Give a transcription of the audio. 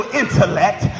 intellect